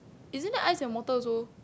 isn't that ice and water also